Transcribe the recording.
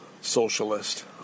socialist